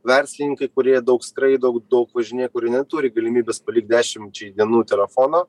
verslininkai kurie daug skraido daug važinėja kurie neturi galimybės palikt dešimčiai dienų telefono